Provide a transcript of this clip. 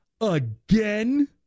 again